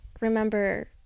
remember